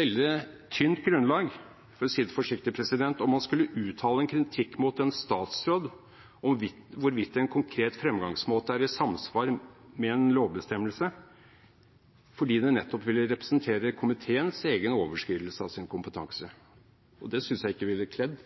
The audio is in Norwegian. veldig tynt grunnlag – for å si det forsiktig – om man skulle uttale en kritikk mot en statsråd om hvorvidt en konkret fremgangsmåte er i samsvar med en lovbestemmelse, fordi det nettopp ville representere komiteens egen overskridelse av sin kompetanse. Det synes jeg ikke ville kledd